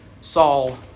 Saul